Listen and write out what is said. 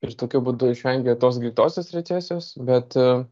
ir tokiu būdu išvengė tos greitosios recesijos bet